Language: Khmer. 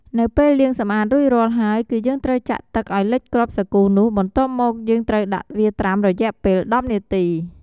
នៅពេលលាងសម្អាតរួចរាល់ហើយ គឺយើងត្រូវចាក់ទឹកឱ្យលិចគ្រាប់សាគូនោះ បន្ទាប់មកយើងត្រូវដាក់វាត្រាំរយៈពេល១០នាទី។